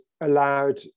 allowed